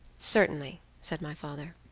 certainly, said my father.